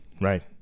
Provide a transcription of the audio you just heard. Right